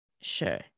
Sure